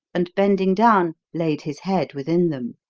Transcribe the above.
and, bending down, laid his head within them.